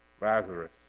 Lazarus